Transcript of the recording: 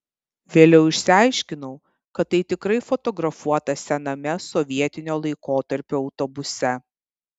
vėliau išsiaiškinau kad tai tikrai fotografuota sename sovietinio laikotarpio autobuse